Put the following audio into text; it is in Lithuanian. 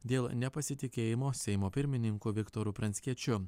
dėl nepasitikėjimo seimo pirmininku viktoru pranckiečiu